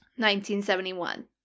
1971